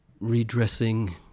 redressing